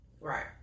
right